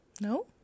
No